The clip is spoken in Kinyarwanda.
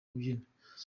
kubyina